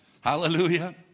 Hallelujah